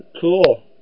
Cool